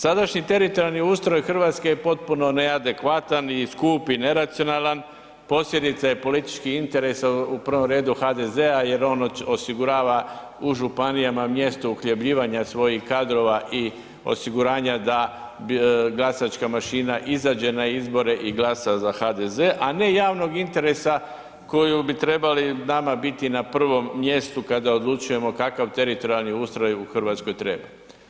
Sadašnji teritorijalni ustroj Hrvatske je potpuno neadekvatan i skup i neracionalan, posljedica je politički interes, u prvom redu HDZ-a jer on osigurava u županijama mjesto uhljebljivanja svojih kadrova i osiguranja da glasačka mašina izađe na izbore i glasa za HDZ, a ne javnog interesa koju bi trebali nama biti na prvom mjestu kada odlučujemo kakav teritorijalni ustroj u Hrvatskoj treba.